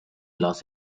los